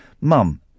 Mum